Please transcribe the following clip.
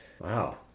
Wow